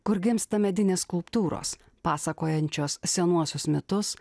kur gimsta medinės skulptūros pasakojančios senuosius metus